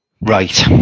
Right